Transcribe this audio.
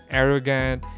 arrogant